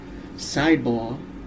sidebar